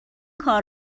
کار